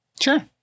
Sure